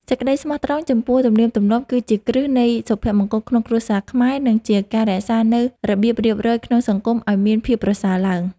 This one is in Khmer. សេចក្តីស្មោះត្រង់ចំពោះទំនៀមទម្លាប់គឺជាគ្រឹះនៃសុភមង្គលក្នុងគ្រួសារខ្មែរ និង ជាការរក្សានូវរបៀបរៀបរយក្នុងសង្គមឱ្យមានភាពប្រសើរឡើង។